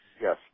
Yes